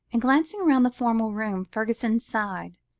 and, glancing round the formal room, fergusson sighed,